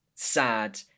sad